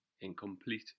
Incomplete